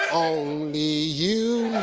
only you